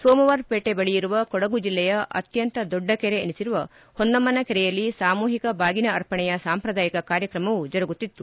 ಸೋಮವಾರಪೇಟೆ ಬಳಿಯಿರುವ ಕೊಡಗು ಜಿಲ್ಲೆಯ ಅತ್ಯಂತ ದೊಡ್ಡಕೆರೆ ಎನಿಸಿರುವ ಹೊನ್ನಮ್ನಕೆರೆಯಲ್ಲಿ ಸಾಮೂಹಿಕ ಬಾಗಿನ ಅರ್ಪಣೆಯ ಸಾಂಪ್ರದಾಯಿಕ ಕಾರ್ಯಕ್ರಮವೂ ಜರುಗುತ್ತಿತ್ತು